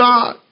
God